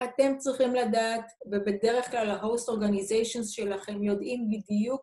אתם צריכים לדעת, ובדרך כלל ההוסט אורגניזיישנס שלכם יודעים בדיוק